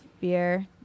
beer